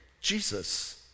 Jesus